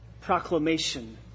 proclamation